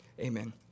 Amen